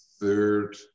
Third